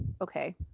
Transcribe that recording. okay